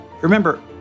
Remember